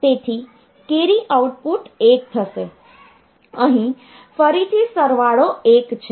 તેથી carry output 1 થશે અહીં ફરીથી સરવાળો 1 છે